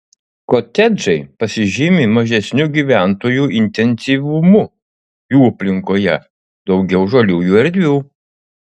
kotedžai pasižymi mažesniu gyventojų intensyvumu jų aplinkoje daugiau žaliųjų erdvių